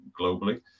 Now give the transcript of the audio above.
globally